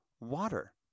water